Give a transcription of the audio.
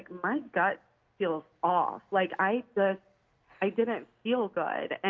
my gut feels off, like i i didn't feel good. and